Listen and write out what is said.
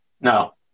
No